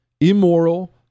immoral